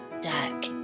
deck